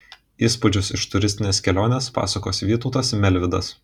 įspūdžius iš turistinės kelionės pasakos vytautas melvydas